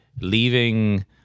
leaving